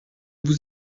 vous